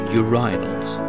urinals